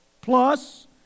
Plus